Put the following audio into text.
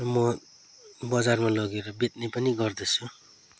म बजारमा लगेर बेच्ने पनि गर्दछु